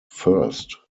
first